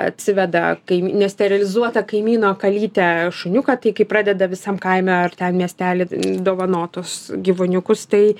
atsiveda kai nesterilizuota kaimyno kalytė šuniuką tai kai pradeda visam kaime ar ten miestely dovanot tuos gyvūniukus tai